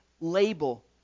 label